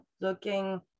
looking